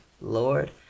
lord